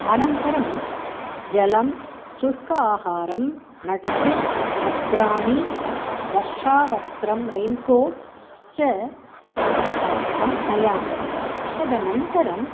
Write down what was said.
अनन्तरं जलं शुष्क आहारं नटस् वस्त्राणि वर्षावस्त्रं रैन्कोट् च प्रवासार्थं नयामि तदनन्तरम्